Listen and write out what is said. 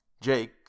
Jake